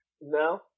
No